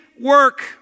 work